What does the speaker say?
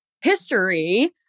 history